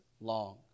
long